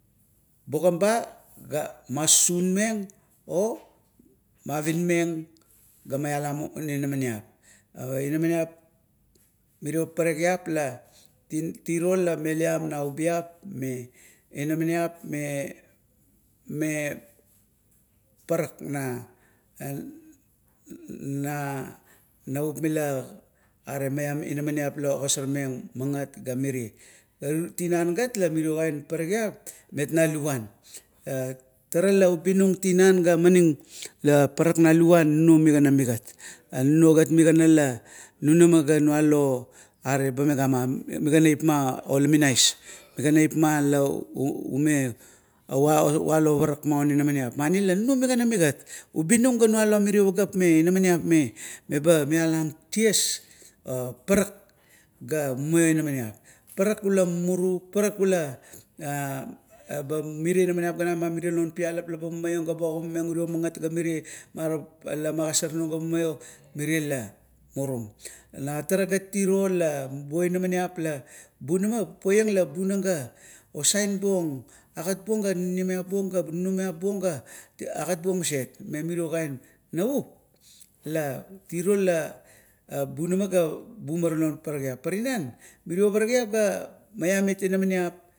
Buagam ba ga masusunmeng, or mavirimeng, ga maialam uri inamaniap. Eva inamaniap mirio paparakgip la, la tiro la meliam na ubiap. Me inamaniap me, me parak na, na naup ila are maiam inamaniap la ogosarmeng magat ga mirie. Tinan gat mirio kain parakgiap met na luvuan. tara la ubi nung tinan, ga parak naluvuan, nunuo migana migat, nunu gat an la nunama ga nualo, are bamegama migana ipma o laminais, migana ipma la ume va valo parak maun inamaniap. Mani la nuno migana mi gat, ubi nung ga nualam mire pageap me inamaniap me, meba maialang ties, oparak ga mumio inamaniap. Parak ula mumuru, paparak la ba non inamaniap na non pialap laba mumaiong ga ogamameng ure magat ga ure marap la magosar nung, merela murum. Tira gat iro la bubuo inamaniap la bunama, poiang la bunang ga osain buong agat buong ga osain buong agat buong ga ninimiap buong, ga nunumiap buong, ga agat buong maset, memirio kain naup la tiro la bunama ga bum ara lo paparakgiap, pa tinan,